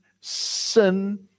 sin